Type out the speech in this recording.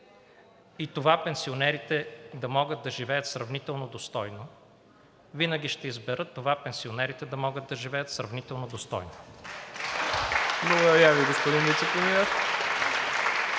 и това пенсионерите да могат да живеят сравнително достойно, винаги ще избера това пенсионерите да могат да живеят сравнително достойно. (Ръкопляскания от